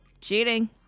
cheating